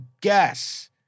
guess –